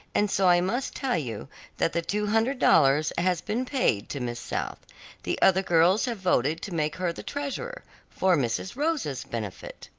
and so i must tell you that the two hundred dollars has been paid to miss south the other girls have voted to make her the treasurer for mrs. rosa's benefit.